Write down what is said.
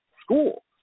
school